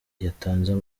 yatanze